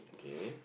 K